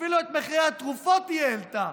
אפילו את מחירי התרופות היא העלתה.